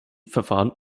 verfahren